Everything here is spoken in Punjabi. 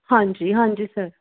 ਹਾਂਜੀ ਹਾਂਜੀ ਸਰ